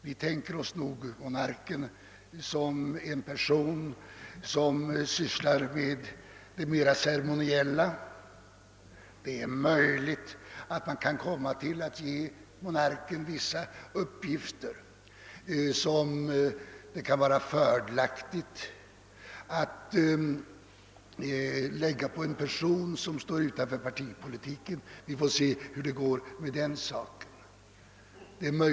Vi tänker oss därvid monarken som en person som sysslar med det ceremoniella och representativa; det är möjligt att vi därutöver kan komma att ge monarken vissa expeditionella uppgifter som det är fördelaktigt att lägga på en person som står utanför partipolitiken — vi får se hur det blir med den saken.